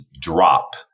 drop